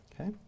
Okay